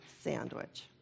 sandwich